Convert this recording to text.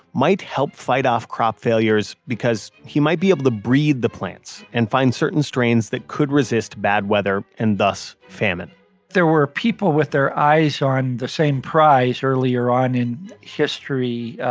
might help fight off crop failures because he might be able to breed the plants and find certain strains that could resist bad weather and thus famine there were people with their eyes on the same prize earlier on in history.